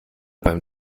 beim